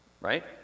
Right